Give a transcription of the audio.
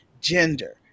gender